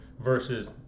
versus